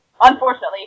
Unfortunately